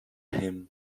him